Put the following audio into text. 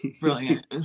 brilliant